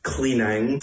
Cleaning